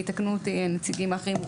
ויתקנו אותי נציגים אחרים,